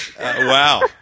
Wow